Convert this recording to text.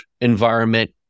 environment